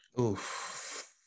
Oof